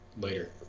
Later